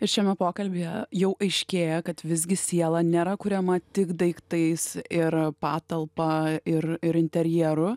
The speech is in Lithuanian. šiame pokalbyje jau aiškėja kad visgi siela nėra kuriama tik daiktais ir patalpa ir ir interjeru